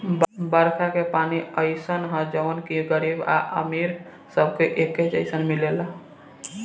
बरखा के पानी अइसन ह जवन की गरीब आ अमीर सबके एके जईसन मिलेला